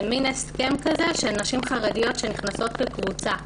יש שם מין הסכם לגבי נשים חרדיות שנכנסות בקבוצה.